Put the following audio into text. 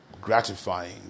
gratifying